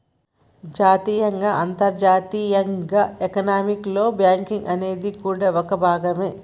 జాతీయంగా అంతర్జాతీయంగా ఎకానమీలో బ్యాంకింగ్ అనేది కూడా ఓ భాగమే